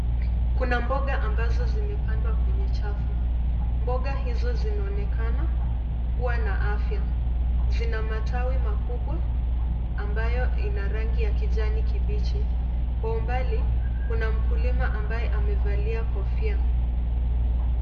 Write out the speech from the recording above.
Kuna mboga amabazo zimepandwa kwenye chafu. Mboga hizo zinaonekana kuwa na afya. Zina matawi makubwa amabayo ina rangi ya kijani kibichi. Kwa umbali, kuna mkulima ambaye amevalia kofia.